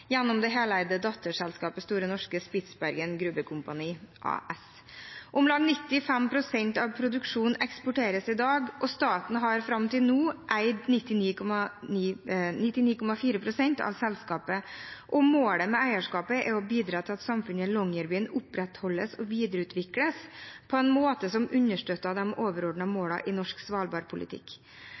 gjennom det heleide datterselskapet Store Norske Spitsbergen Grubekompani AS. Om lag 95 pst. av produksjonen eksporteres i dag, og staten har fram til nå eid 99,4 pst. av selskapet. Målet med eierskapet er å bidra til at samfunnet i Longyearbyen opprettholdes og videreutvikles på en måte som understøtter de overordnede målene i norsk svalbardpolitikk.